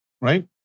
Right